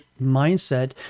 mindset